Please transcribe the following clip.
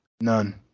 None